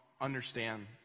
understand